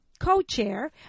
co-chair